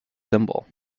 symbol